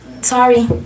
Sorry